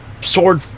sword